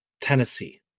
Tennessee